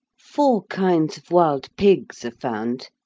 four kinds of wild pigs are found.